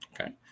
okay